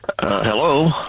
hello